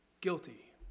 Guilty